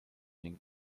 ning